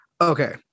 okay